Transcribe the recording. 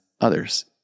others